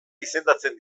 izendatzen